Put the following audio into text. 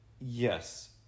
Yes